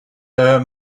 her